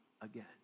again